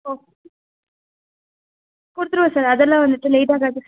okay கொடுத்துடுவோம் sir அதெல்லாம் வந்துவிட்டு லேட் ஆகாது